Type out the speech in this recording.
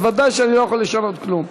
וודאי שאני לא יכול לשנות כלום.